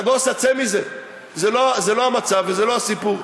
נגוסה, צא מזה, זה לא המצב וזה לא הסיפור.